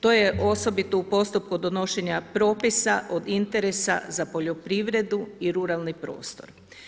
To je osobito u postupku donošenja propisa od interesa za poljoprivredu i ruralni prostor.